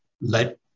let